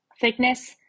Thickness